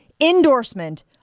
endorsement